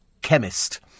chemist